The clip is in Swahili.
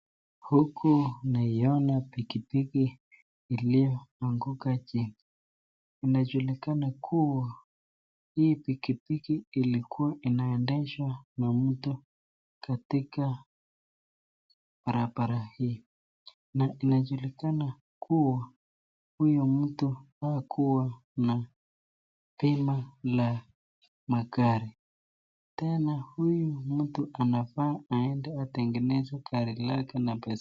Huku naiona pikipiki iliyoanguka chini. Inajulikana kuwa hii pikipiki ilikuwa inaendeshwa na mtu katika barabara hii na inajulikana kuwa huyo mtu hakuwa na bima la magari. Tena huyo mtu anafaa aende atengeneze gari lake na pesa.